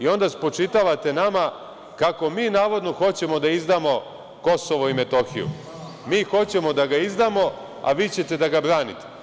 Onda spočitavate nama kako mi navodno hoćemo da izdamo Kosovo i Metohiju, mi hoćemo da ga izdamo, a vi ćete da ga branite.